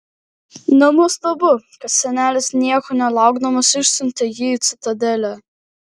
nenuostabu kad senelis nieko nelaukdamas išsiuntė jį į citadelę